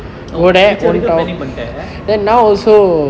oh future வரைக்கும்:varaikkum planning பண்ணிட்ட:pannite